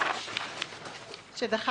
ב-2016 פורסם מתווה הפחתות מענף הדגים.